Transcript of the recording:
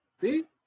See